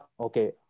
Okay